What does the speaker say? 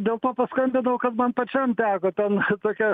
dėl to paskambinau kad man pačiam teko ten tokią